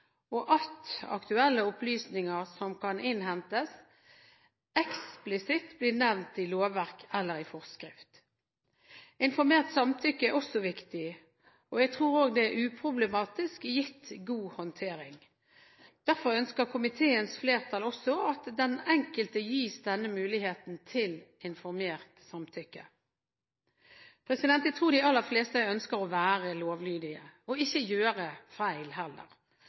og at aktuelle opplysninger som kan innhentes, eksplisitt blir nevnt i lovverk eller forskrift. Informert samtykke er også viktig. Jeg tror også det er uproblematisk – gitt god håndtering. Derfor ønsker komiteens flertall også at den enkelte gis denne muligheten til informert samtykke. Jeg tror de aller fleste ønsker å være lovlydige, og ikke gjøre feil.